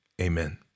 amen